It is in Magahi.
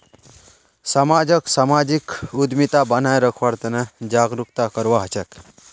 समाजक सामाजिक उद्यमिता बनाए रखवार तने जागरूकता करवा हछेक